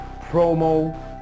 promo